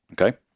Okay